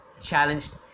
challenged